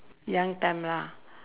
young time lah